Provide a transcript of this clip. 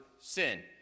sin